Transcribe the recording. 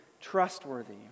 trustworthy